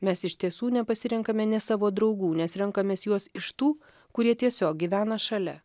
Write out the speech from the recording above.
mes iš tiesų nepasirenkame nė savo draugų nes renkamės juos iš tų kurie tiesiog gyvena šalia